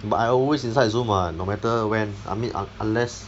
but I always inside Zoom [what] no matter when I mean un~ unless